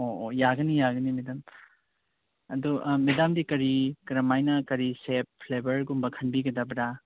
ꯑꯣ ꯑꯣ ꯌꯥꯒꯅꯤ ꯌꯥꯒꯅꯤ ꯃꯦꯗꯥꯝ ꯑꯗꯣ ꯃꯦꯗꯥꯝꯗꯤ ꯀꯔꯤ ꯀꯔꯝꯍꯥꯏꯅ ꯀꯔꯤ ꯁꯦꯞ ꯐ꯭ꯂꯦꯕꯔꯒꯨꯝꯕ ꯈꯟꯕꯤꯒꯗꯕ꯭ꯔꯥ